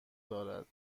دارد